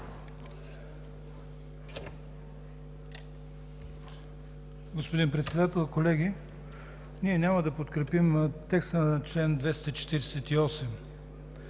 Господин Председател, колеги, ние няма да подкрепим текста на чл. 248.